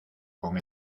con